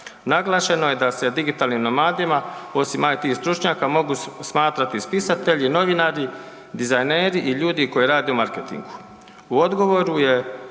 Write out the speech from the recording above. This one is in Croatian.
Naglašeno je da se digitalnim nomadima osim IT stručnjaka mogu smatrati spisatelji, novinari, dizajneri i ljudi koji rade u marketingu.